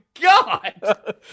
god